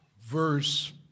verse